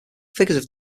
figures